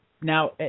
now